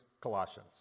Colossians